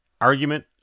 argument